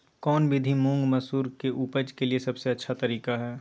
कौन विधि मुंग, मसूर के उपज के लिए सबसे अच्छा तरीका है?